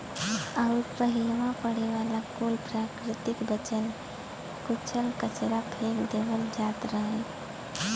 अउर पहिलवा पड़े वाला कुल प्राकृतिक बचल कुचल कचरा फेक देवल जात रहल